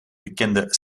bekende